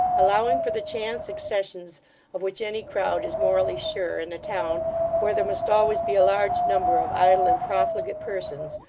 allowing for the chance accessions of which any crowd is morally sure in a town where there must always be a large number of idle and profligate persons,